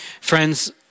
Friends